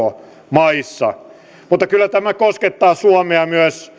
alankomaissa mutta kyllä tämä koskettaa suomea myös